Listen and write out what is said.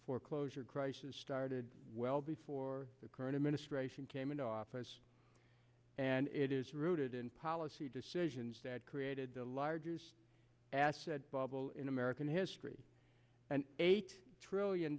foreclosure crisis started well before the current administration came into office and it is rooted in policy decisions that created the largest asset bubble in american history an eight trillion